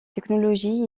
technologies